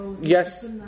Yes